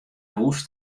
hûs